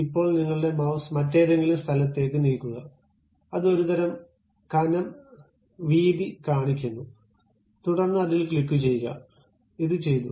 ഇപ്പോൾ നിങ്ങളുടെ മൌസ് മറ്റേതെങ്കിലും സ്ഥലത്തേക്ക് നീക്കുക അത് ഒരുതരം കനം വീതി കാണിക്കുന്നു തുടർന്ന് അതിൽ ക്ലിക്കുചെയ്യുക ഇത് ചെയ്തു